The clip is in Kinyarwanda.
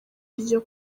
iryo